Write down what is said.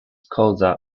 causa